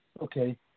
Okay